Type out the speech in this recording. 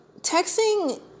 texting